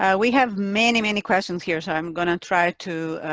ah we have many, many questions here so, i'm gonna try to